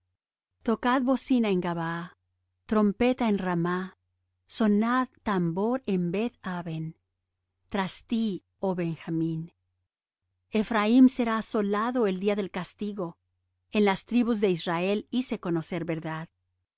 tocad bocina en gabaa trompreta en ramá sonad tambor en beth aven tras ti oh benjamín ephraim será asolado el día del castigo en las tribus de israel hice conocer verdad